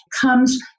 comes